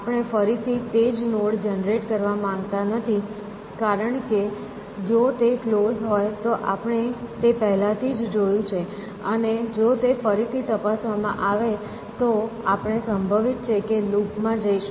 આપણે ફરીથી તે જ નોડ જનરેટ કરવા માંગતા નથી કારણ કે જો તે ક્લોઝ હોય તો આપણે તે પહેલાથી જ જોયું છે અને જો તે ફરીથી તપાસવામાં આવે તો આપણે સંભવિત છે કે લૂપમાં જઈશું